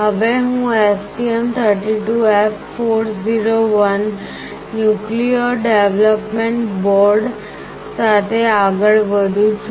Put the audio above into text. હવે હું STM32F401 Nucleo development board સાથે આગળ વધું છું